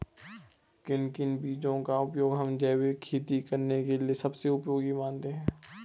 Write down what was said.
किन किन बीजों का उपयोग हम जैविक खेती करने के लिए सबसे उपयोगी मानते हैं?